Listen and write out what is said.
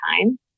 time